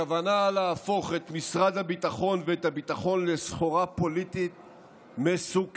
הכוונה להפוך את משרד הביטחון ואת הביטחון לסחורה פוליטית היא מסוכנת.